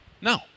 No